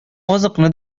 азыкны